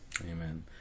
Amen